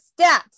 stats